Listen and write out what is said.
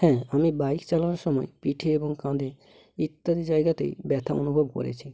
হ্যাঁ আমি বাইক চালানোর সময় পিঠে এবং কাঁধে ইত্যাদি জায়গাতে ব্যথা অনুভব করেছি